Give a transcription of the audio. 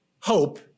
hope